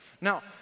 Now